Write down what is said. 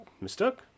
Mistook